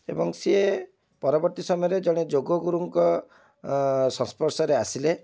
ଏବଂ ସେ ପରବର୍ତ୍ତୀ ସମୟରେ ଜଣେ ଯୋଗଗୁରୁଙ୍କ ସଂସ୍ପର୍ଶରେ ଆସିଲେ